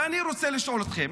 ואני רוצה לשאול אתכם,